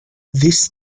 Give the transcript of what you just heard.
this